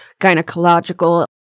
gynecological